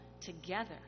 together